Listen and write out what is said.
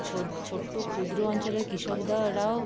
ছোট্ট ক্ষুদ্র অঞ্চলের কৃষক দ্বারাও